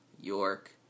York